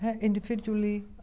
Individually